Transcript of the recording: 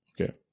Okay